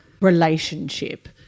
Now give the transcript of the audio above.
relationship